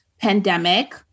pandemic